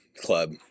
club